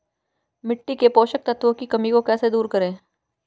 मिट्टी के पोषक तत्वों की कमी को कैसे दूर करें?